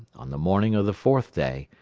on the morning of the fourth day,